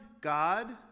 God